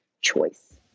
choice